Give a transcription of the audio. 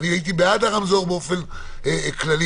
אני הייתי בעד הרמזור באופן עקרוני.